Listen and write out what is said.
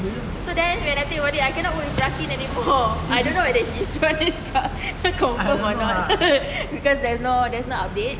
so then when I take over it I cannot work with raki anymore I don't know whether he confirm or not because there's no there's no update